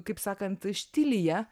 kaip sakant štilyje